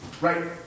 Right